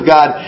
God